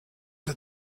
der